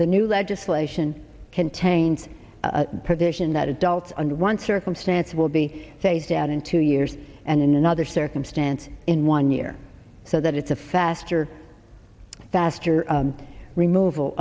the new legislation contains a provision in that adults under one circumstance will be phased out in two years and in another circumstance in one year so that it's a faster faster remov